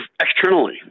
externally